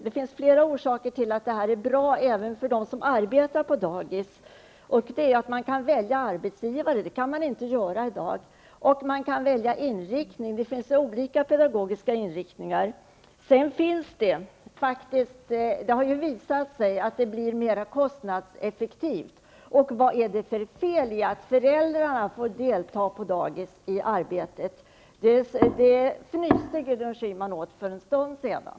Det finns flera orsaker till att det här är bra även för dem som arbetar på dagis. En orsak är att man kan välja arbetsgivare -- det kan man inte göra i dag -- och att man kan välja pedagogisk inriktning. Det har visat sig att det blir mera kostnadseffektivt. Och vad är det för fel i att föräldrarna får delta i arbetet på dagis? Det fnyste Gudrun Schyman åt för en stund sedan.